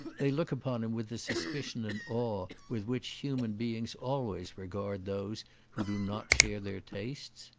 they look upon him with the suspicion and awe with which human beings always regard those who do not share their tastes.